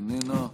איננה,